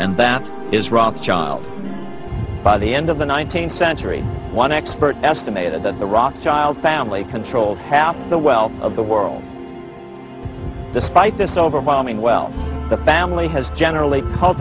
and that is rothschild by the end of the nineteenth century one expert estimated that the rothschild family controlled half the wealth of the world despite this overwhelming well the family has generally